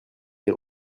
des